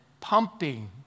pumping